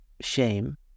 shame